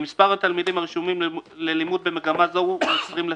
אם מספר התלמידים הרשומים ללימוד במגמה זו הוא 20 לפחות,